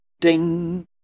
Ding